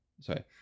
sorry